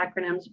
acronyms